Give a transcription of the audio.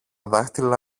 δάχτυλα